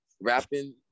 rapping